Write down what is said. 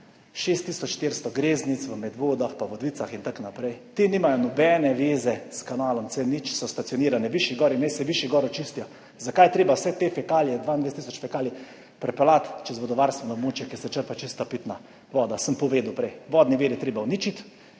400 greznic v Medvodah in Vodicah in tako naprej. Te nimajo nobene zveze s kanalom C0, stacionirane so višje, gori in naj se višje, gori tudi očistijo. Zakaj je treba vse te fekalije, 22 tisoč fekalij, prepeljati čez vodovarstveno območje, kjer se črpa čista pitna voda? Povedal sem prej, vodni vir je treba uničiti,